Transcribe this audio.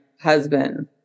husband